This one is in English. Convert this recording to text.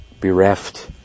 bereft